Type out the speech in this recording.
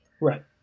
Right